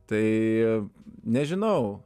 tai nežinau